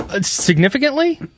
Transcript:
Significantly